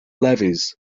levees